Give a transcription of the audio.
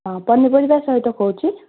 ହଁ ପନିପରିବା ସହିତ କହୁଛି